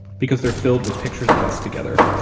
because they're filled with pictures of us together.